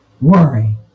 Worry